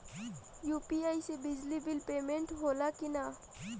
UPI से बिजली bill payment होला कि न?